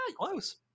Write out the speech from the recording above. close